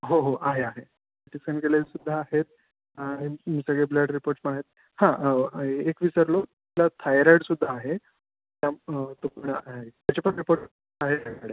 हो हो आहे आहे टिफेन केलेले सुद्धा आहेत आणि तुमचं जे ब्लड रिपोर्ट्स पण आहेत हां आहे एक विसरलो त्यात थायराईडसुद्धा आहे त्या तो पण आहे त्याचे पण रिपोर्ट आहेत माझ्याकडे